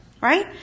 right